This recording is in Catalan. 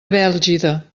bèlgida